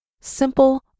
Simple